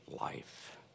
life